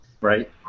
Right